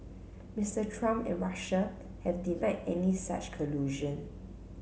Mister Trump and Russia have denied any such collusion